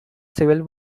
civil